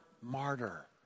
martyr